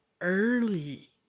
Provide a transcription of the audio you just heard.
early